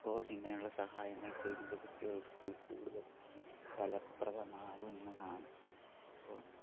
അപ്പോൾ ഇങ്ങനെയുള്ള സഹായങ്ങൾ ചെയ്യുന്നത് കുട്ടികൾക്ക് കൂടുതൽ ഫലപ്രദമാവുന്നതാണ് അപ്പോൾ